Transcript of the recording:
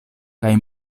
kaj